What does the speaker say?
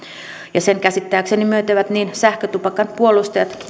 ja sen käsittääkseni myöntävät niin sähkötupakan puolustajat